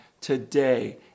today